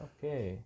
Okay